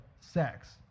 sex